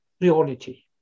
reality